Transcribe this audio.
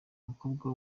umukobwa